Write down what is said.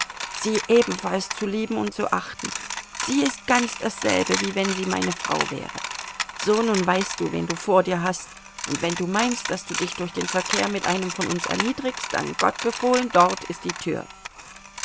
sie ebenfalls zu lieben und zu achten sie ist ganz dasselbe wie wenn sie meine frau wäre so nun weißt du wen du vor dir hast und wenn du meinst daß du dich durch den verkehr mit einem von uns erniedrigst dann gott befohlen dort ist die tür